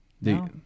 No